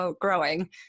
growing